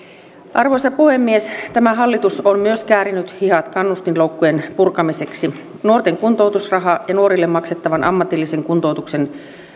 arvoisa puhemies tämä hallitus on myös käärinyt hihat kannustinloukkujen purkamiseksi nuorten kuntoutusraha ja nuorille maksettavan ammatillisen kuntoutuksen